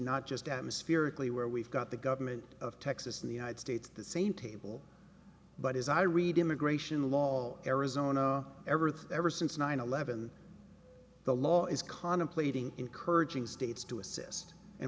not just atmosphere rickly where we've got the government of texas in the united states the same table but as i read immigration law all arizona ever ever since nine eleven the law is contemplating encouraging states to assist